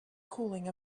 cooling